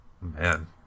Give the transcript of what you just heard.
Man